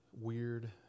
weird